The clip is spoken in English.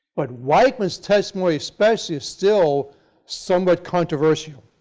but weichmann's testimony especially is still somewhat controversial.